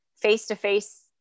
face-to-face